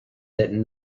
that